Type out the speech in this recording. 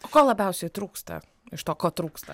o ko labiausiai trūksta iš to ko trūksta